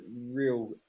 real